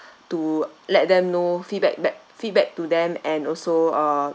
to let them know feedback back feedback to them and also uh